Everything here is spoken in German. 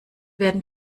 werden